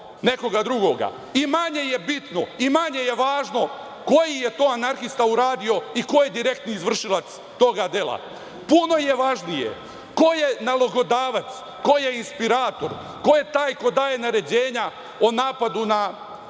nekog drugoga. Manje je bitno i manje je važno koji je to anarhista uradio i ko je direktni izvršilac tog dela, puno je važnije ko je nalogodavac, ko je inspirator, ko je taj ko daje naređenja o napadu na